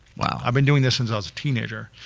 i've been doing this since i was a teenager.